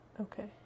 Okay